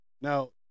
Now